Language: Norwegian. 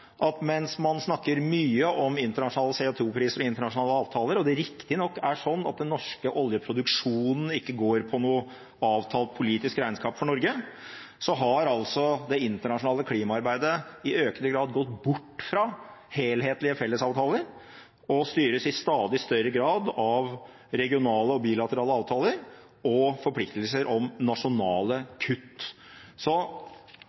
til. Mens man snakker mye om internasjonale CO 2 -priser og internasjonale avtaler og det riktignok er slik at den norske oljeproduksjonen ikke går på noe avtalt politisk regnskap for Norge, har det internasjonale klimaarbeidet i økende grad gått bort fra helhetlige fellesavtaler og styres i stadig større grad av regionale og bilaterale avtaler og forpliktelser om nasjonale kutt. Så